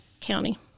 county